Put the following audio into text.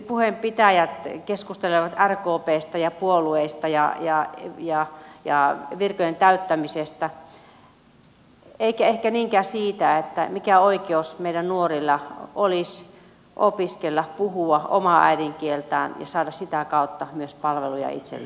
puheen pitäjät keskustelevat rkpstä ja puolueista ja virkojen täyttämisestä eivätkä ehkä niinkään siitä mikä oikeus meidän nuorilla olisi opiskella puhua omaa äidinkieltään ja saada sitä kautta myös palveluja itselleen